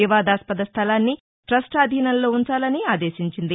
వివాదాస్పద స్టలాన్ని ట్రస్ట్ ఆధీనంలో ఉంచాలని ఆదేశించింది